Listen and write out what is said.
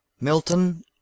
Milton